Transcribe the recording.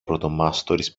πρωτομάστορης